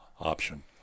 option